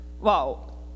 wow